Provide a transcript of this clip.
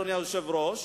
אדוני היושב-ראש,